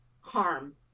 harm